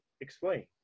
explain